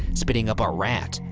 spitting up a rat,